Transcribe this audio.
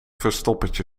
verstoppertje